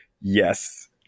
Yes